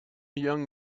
young